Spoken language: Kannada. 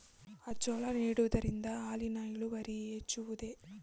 ಅಜೋಲಾ ನೀಡುವುದರಿಂದ ಹಾಲಿನ ಇಳುವರಿ ಹೆಚ್ಚುವುದೇ?